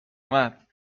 اومد